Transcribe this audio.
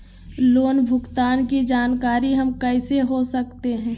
Loan भुगतान की जानकारी हम कैसे हो सकते हैं?